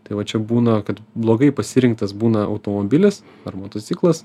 tai va čia būna kad blogai pasirinktas būna automobilis ar motociklas